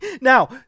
Now